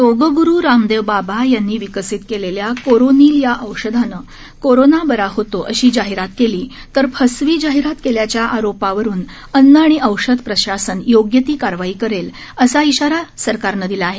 योग ग्रु रामदेव बाबा यांनी विकसित केलेल्या कोरोनील या औषधानं कोरोना बरा होतो अशी जाहिरात केली तर फसवी जाहिरात केल्याच्या आरोपावरून अन्न आणि औषध प्रशासन योग्य ती कारवाई करेल असा इशारा सरकारनं दिला आहे